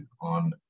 on